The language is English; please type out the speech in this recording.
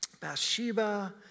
Bathsheba